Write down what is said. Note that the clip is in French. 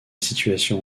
situation